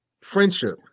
friendship